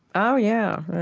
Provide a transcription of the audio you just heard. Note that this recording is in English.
oh, yeah.